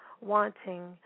Wanting